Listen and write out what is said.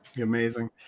Amazing